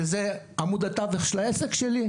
וזה עמוד התווך של העסק שלי,